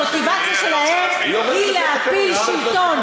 המוטיבציה שלהם היא להפיל שלטון.